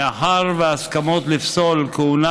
מאחר שהסמכות לפסול כהונה,